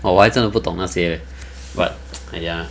!wah! 我还真的不懂那些 but ya